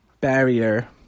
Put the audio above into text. barrier